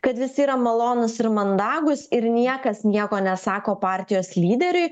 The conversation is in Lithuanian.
kad visi yra malonūs ir mandagūs ir niekas nieko nesako partijos lyderiui